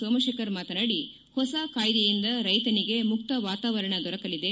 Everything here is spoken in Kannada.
ಸೋಮಶೇಖರ್ ಮಾತನಾಡಿ ಹೊಸ ಕಾಯ್ದೆಯಿಂದ ರೈತರಿಗೆ ಮುಕ್ತ ವಾತಾವರಣ ದೊರಕಲಿದೆ